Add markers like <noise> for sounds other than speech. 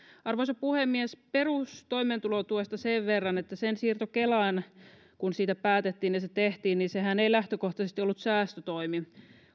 arvoisa puhemies perustoimeentulotuesta sen verran että sen siirto kelaan <unintelligible> <unintelligible> kun siitä päätettiin ja se tehtiin ei lähtökohtaisesti ollut säästötoimi